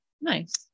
nice